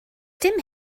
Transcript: dim